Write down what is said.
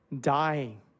dying